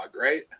right